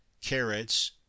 carrots